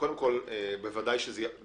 אני